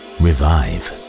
revive